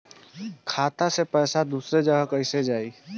खाता से पैसा दूसर जगह कईसे जाई?